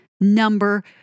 number